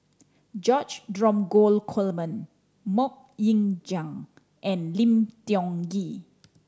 George Dromgold Coleman Mok Ying Jang and Lim Tiong Ghee